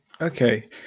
Okay